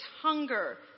hunger